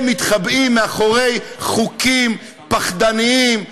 הם מתחבאים מאחורי חוקים פחדניים,